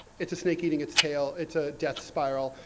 it's a snake eating its tail, it's a death spiral.